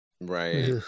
Right